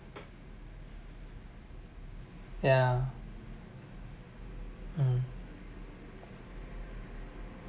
yeah mm